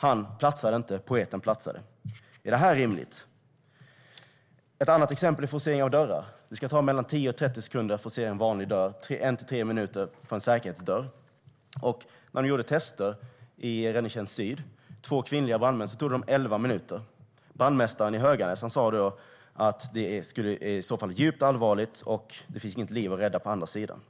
Han platsade inte, men poeten platsade. Är det här rimligt? Ett annat exempel är forcering av dörrar. Det ska ta mellan 10 och 30 sekunder att forcera en vanlig dörr och en till tre minuter att forcera en säkerhetsdörr. När man gjorde tester vid Räddningstjänsten Syd med två kvinnliga brandmän tog det dem elva minuter. Brandmästaren i Höganäs sa att det i så fall är "djupt allvarligt" och att det då inte finns något liv att rädda på andra sidan.